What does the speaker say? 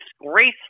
disgraceful